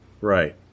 Right